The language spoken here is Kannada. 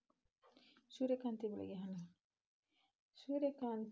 ಸೂರ್ಯಕಾಂತಿ ಬೆಳೆಗೆ ಭಾಳ ಹಾನಿ ಉಂಟು ಮಾಡೋ ಕೇಟ ಯಾವುದ್ರೇ?